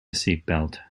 seatbelt